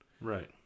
Right